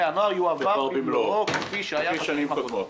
הנוער יועבר במלואו כפי שהיה בשנים קודמות.